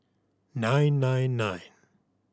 nine nine nine